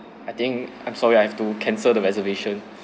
I think I'm sorry I have to cancel the reservation